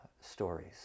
stories